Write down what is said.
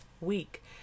week